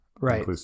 Right